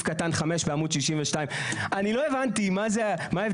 קטן 5 בעמוד 62. אני לא הבנתי מה ההבדל,